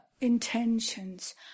intentions